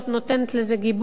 נותנת לזה גיבוי,